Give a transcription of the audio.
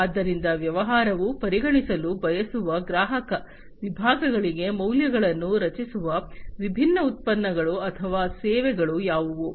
ಆದ್ದರಿಂದ ವ್ಯವಹಾರವು ಪರಿಗಣಿಸಲು ಬಯಸುವ ಗ್ರಾಹಕ ವಿಭಾಗಗಳಿಗೆ ಮೌಲ್ಯಗಳನ್ನು ರಚಿಸುವ ವಿಭಿನ್ನ ಉತ್ಪನ್ನಗಳು ಅಥವಾ ಸೇವೆಗಳು ಯಾವುವು